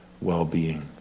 well-being